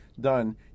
done